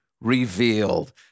revealed